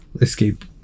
escape